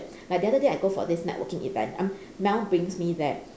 like the other day I go for this networking event um mel brings me there